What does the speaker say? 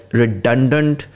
redundant